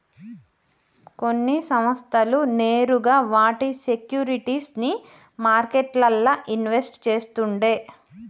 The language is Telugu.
కొన్ని సంస్థలు నేరుగా వాటి సేక్యురిటీస్ ని మార్కెట్లల్ల ఇన్వెస్ట్ చేస్తుండే